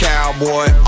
Cowboy